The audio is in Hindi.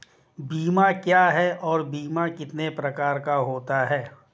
बीमा क्या है और बीमा कितने प्रकार का होता है?